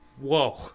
Whoa